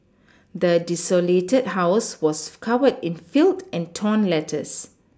the desolated house was covered in felled and torn letters